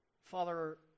Father